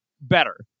better